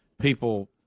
people